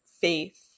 faith